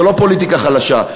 זו לא פוליטיקה חדשה.